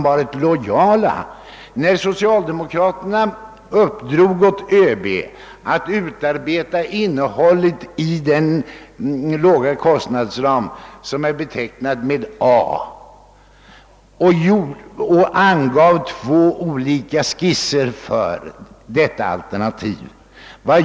Vad gjorde ÖB när socialdemokraterna uppdrog åt honom att utarbeta innehållet inom den låga kostnadsram, som är betecknad med A, och när de angav två olika skisser för detta alternativ?